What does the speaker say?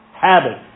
habit